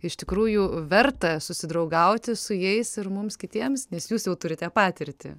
iš tikrųjų verta susidraugauti su jais ir mums kitiems nes jūs jau turite patirtį